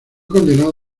condenado